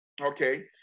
okay